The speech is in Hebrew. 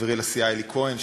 לחברי לסיעה אלי כהן,